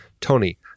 Tony